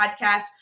podcast